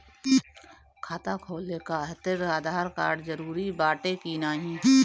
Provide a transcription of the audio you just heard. खाता खोले काहतिर आधार कार्ड जरूरी बाटे कि नाहीं?